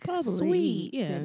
sweet